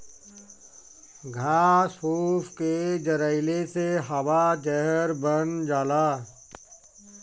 घास फूस के जरइले से हवा जहर बन जाला